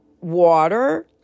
water